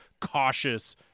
cautious